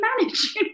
manage